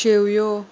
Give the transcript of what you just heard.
शेवयो